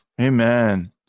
Amen